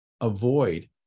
avoid